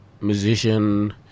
musician